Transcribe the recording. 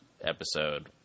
episode